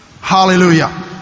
Hallelujah